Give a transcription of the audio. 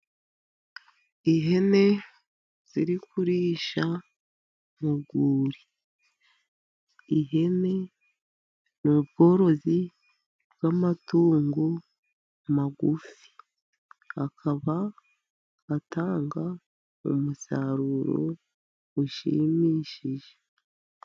Ihene ziri kurisha mu rwuri. Ihene ni ubworozi bw'amatungo magufi. Akaba atanga umusaruro ushimishije.